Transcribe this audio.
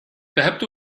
ذهبت